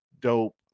dope